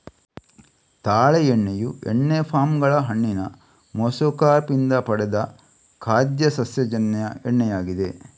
ತಾಳೆ ಎಣ್ಣೆಯು ಎಣ್ಣೆ ಪಾಮ್ ಗಳ ಹಣ್ಣಿನ ಮೆಸೊಕಾರ್ಪ್ ಇಂದ ಪಡೆದ ಖಾದ್ಯ ಸಸ್ಯಜನ್ಯ ಎಣ್ಣೆಯಾಗಿದೆ